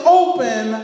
open